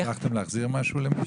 הצלחתם להחזיר משהו למישהו?